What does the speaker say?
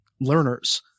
learners